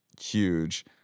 huge